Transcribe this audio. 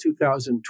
2012